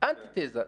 אנטי תזה.